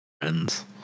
friends